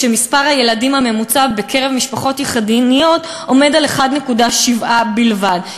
כשמספר הילדים הממוצע בקרב משפחות יחידניות הוא 1.7 בלבד,